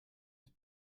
ist